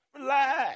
Relax